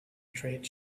trade